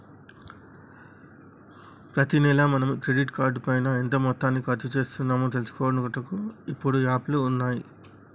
ప్రతి నెల మనం క్రెడిట్ కార్డు పైన ఎంత మొత్తాన్ని ఖర్చు చేస్తున్నాము తెలుసుకొనుటకు ఇప్పుడు యాప్లు ఉన్నాయి